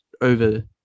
over